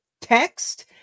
text